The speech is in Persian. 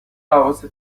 حواست